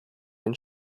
den